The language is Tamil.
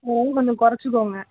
இன்னும் கொஞ்சம் குறைச்சிக்கோங்க